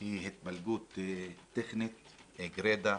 היא התפלגות טכנית גרידא,